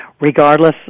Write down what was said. regardless